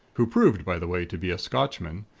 who proved by the way to be a scotchman,